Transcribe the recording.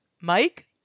Mike